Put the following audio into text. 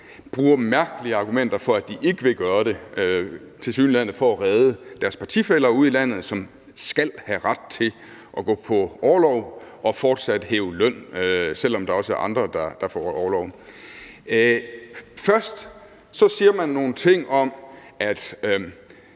bruger mærkelige argumenter for, at de ikke vil gøre det, tilsyneladende for at redde deres partifæller ude i landet, som skal have ret til at gå på orlov og fortsat hæve løn, selv om der også er andre, der får orlov. Først siger man nogle ting om, at